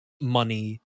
money